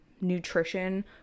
nutrition